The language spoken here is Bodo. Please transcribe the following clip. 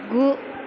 गु